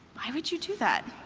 why would you do that?